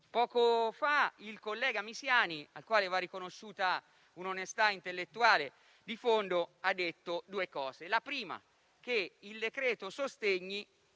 Poco fa il collega Misiani, al quale va riconosciuta l'onestà intellettuale, sostanzialmente ha detto due cose: la prima è che il decreto-legge sostegni